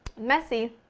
messy,